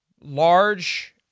large